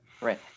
Right